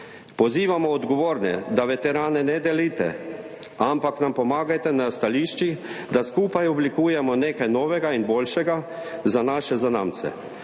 Pozivamo odgovorne, da veteranov ne delite, ampak nam pomagajte na stališčih, da skupaj oblikujemo nekaj novega in boljšega za naše zanamce.